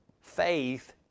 faith